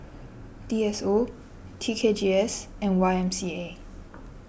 D S O T K G S and Y M C A